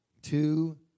Two